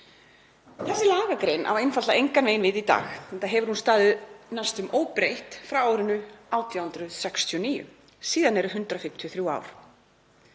Þessi lagagrein á einfaldlega engan veginn við í dag enda hefur hún staðið næstum óbreytt frá árinu 1869. Síðan eru liðin 153 ár.